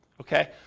Okay